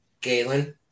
Galen